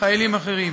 וחיילים אחרים.